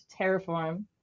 Terraform